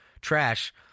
trash